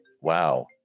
wow